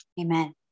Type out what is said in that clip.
Amen